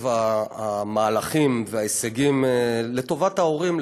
קצב המהלכים וההישגים לטובת ההורים,